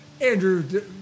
Andrew